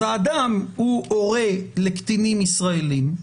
האדם הוא הורה לקטינים ישראלים,